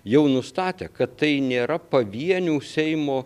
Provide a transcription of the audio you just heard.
jau nustatė kad tai nėra pavienių seimo